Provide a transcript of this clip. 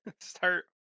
Start